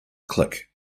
click